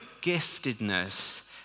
giftedness